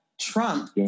Trump